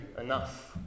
enough